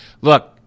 look